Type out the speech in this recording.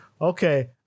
Okay